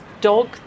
dog